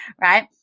right